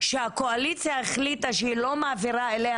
שהקואליציה החליטה שהיא לא מעבירה אליה